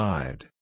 Side